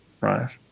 right